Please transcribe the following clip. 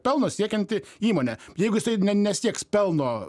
pelno siekianti įmonė jeigu jisai ne nesieks pelno